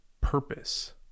purpose